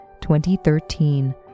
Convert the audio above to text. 2013